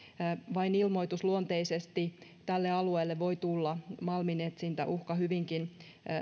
vain ilmoitusluonteisesti tälle alueelle voi tulla malminetsintäuhka hyvinkin